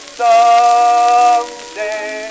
someday